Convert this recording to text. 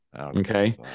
Okay